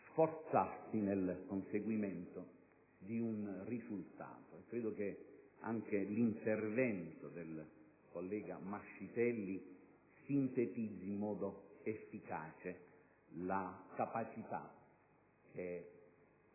sforzarsi nel conseguimento di un risultato. Anche l'intervento del collega Mascitelli sintetizza in modo efficace la capacità